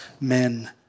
men